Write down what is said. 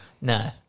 No